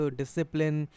discipline